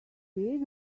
did